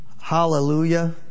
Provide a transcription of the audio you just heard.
Hallelujah